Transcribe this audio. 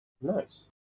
Nice